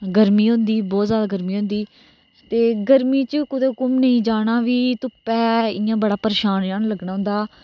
गर्मी होंदी बहुत ज्यादा गर्मी होंदी ते गर्मी च कुत़ै धुमने गी जाना होऐ ते फ्ही धुप्पै इयां बड़ा परेशान जन होंदा